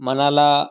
मनाला